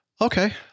Okay